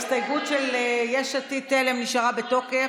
ההסתייגות של יש עתיד-תל"ם נשארה בתוקף.